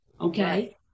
Okay